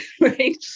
right